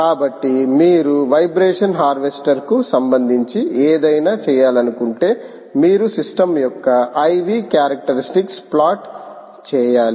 కాబట్టి మీరు వైబ్రేషన్ హార్వెస్టర్కు సంబంధించి ఏదైనా చేయాలనుకుంటే మీరు సిస్టమ్ యొక్క IV క్యారెక్టరిస్టిక్స్ ప్లాట్ చేయాలి